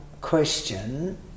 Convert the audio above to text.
question